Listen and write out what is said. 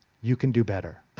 you can do better.